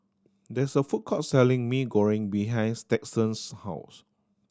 there is a food court selling Mee Goreng behind Stetson's house